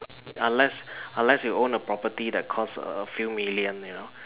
unless unless you own a property that cost a few million you know